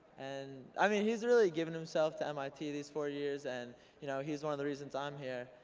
and i mean, he has really given himself to mit these four years, and you know he's one of the reasons i'm here.